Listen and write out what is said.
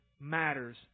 matters